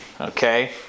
Okay